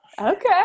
Okay